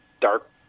dark